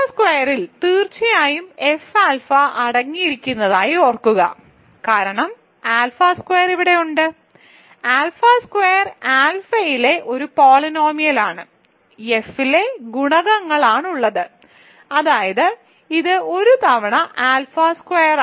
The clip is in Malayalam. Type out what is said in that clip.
ആൽഫ സ്ക്വയറിൽ തീർച്ചയായും എഫ് ആൽഫ അടങ്ങിയിരിക്കുന്നതായി ഓർക്കുക കാരണം ആൽഫ സ്ക്വയർ ഇവിടെയുണ്ട് ആൽഫ സ്ക്വയർ ആൽഫയിലെ ഒരു പോളിനോമിയലാണ് എഫ് ലെ ഗുണകങ്ങളാണുള്ളത് അതായത് ഇത് ഒരു തവണ ആൽഫ സ്ക്വയറാണ്